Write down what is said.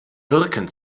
wirken